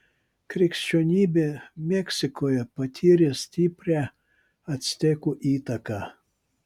krikščionybė meksikoje patyrė stiprią actekų įtaką